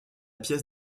pièce